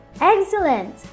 Excellent